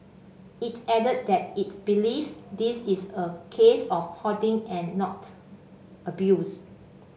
it added that it believes this is a case of hoarding and not abuse